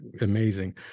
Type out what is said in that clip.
amazing